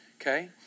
Okay